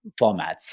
formats